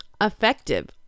effective